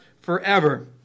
forever